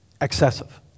excessive